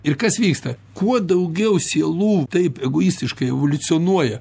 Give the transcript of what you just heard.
ir kas vyksta kuo daugiau sielų taip egoistiškai evoliucionuoja